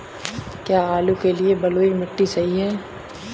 क्या आलू के लिए बलुई मिट्टी सही है?